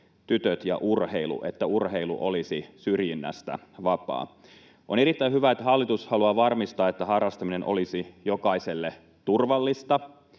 tytöt ja urheilu — se, että urheilu olisi syrjinnästä vapaa. On erittäin hyvä, että hallitus haluaa varmistaa, että harrastaminen olisi jokaiselle turvallista.